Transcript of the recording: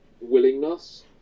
willingness